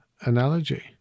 analogy